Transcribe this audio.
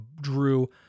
drew